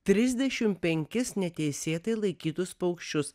trisdešim penkis neteisėtai laikytus paukščius